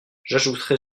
j’ajouterai